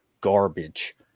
garbage